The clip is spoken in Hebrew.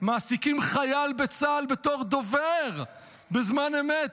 מעסיקים חייל בצה"ל בתור דובר בזמן אמת,